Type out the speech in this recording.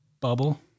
bubble